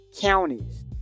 counties